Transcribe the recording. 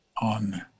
on